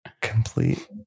Complete